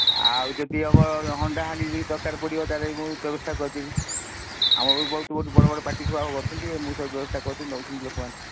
ଆଉ ଯଦି ହବ ହଣ୍ଡାହାଣ୍ଡି ଯଦି ଦରକାର ପଡ଼ିବ ତାହାଲେ ମୁଁ ବ୍ୟବସ୍ଥା କରିଦେବି ଆମର ବହୁତ ବହୁତ ବଡ଼ ବଡ଼ ପାର୍ଟି ସବୁ କରୁଛନ୍ତି ମୁଁ ସବୁ ବ୍ୟବସ୍ଥା କରିଦେମି ନେଉଛନ୍ତି ଲୋକମାନେ